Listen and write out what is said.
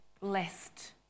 blessed